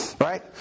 Right